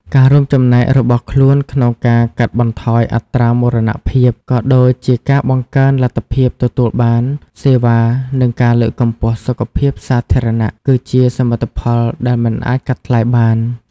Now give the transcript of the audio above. ការរួមចំណែករបស់ខ្លួនក្នុងការកាត់បន្ថយអត្រាមរណភាព ក៏ដូចជាការបង្កើនលទ្ធភាពទទួលបានសេវា និងការលើកកម្ពស់សុខភាពសាធារណៈ គឺជាសមិទ្ធផលដែលមិនអាចកាត់ថ្លៃបាន។